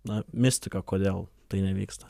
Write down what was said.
na mistika kodėl tai nevyksta